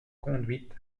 conduite